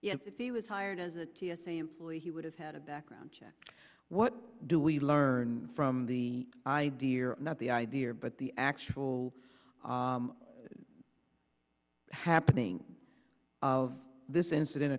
if he was hired as a t s a employee he would have had a background check what do we learn from the idea or not the idea but the actual happening of this incident